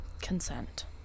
consent